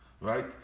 right